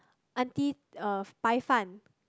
aunty uh bai-fan